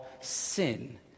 sin